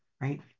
right